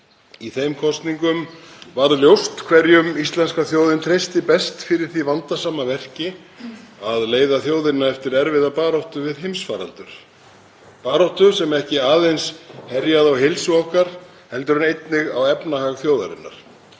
Í þeim kosningum varð ljóst hverjum íslenska þjóðin treysti best fyrir því vandasama verki að leiða þjóðina eftir erfiða baráttu við heimsfaraldur, baráttu sem ekki aðeins herjaði á heilsu okkar heldur einnig á efnahag þjóðarinnar.